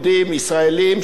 שנסעו לארצות-הברית.